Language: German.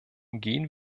gehen